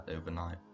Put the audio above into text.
overnight